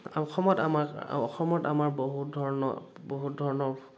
অসমত আমাৰ অসমত আমাৰ বহুত ধৰণৰ বহুত ধৰণৰ